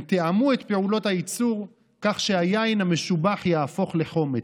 הם תיאמו את פעולות הייצור כך שהיין המשובח יהפוך לחומץ.